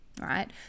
right